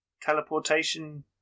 teleportation